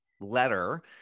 letter